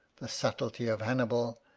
the subtlety of hannibal,